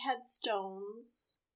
headstones